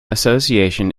association